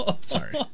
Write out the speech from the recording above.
Sorry